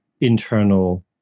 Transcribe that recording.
internal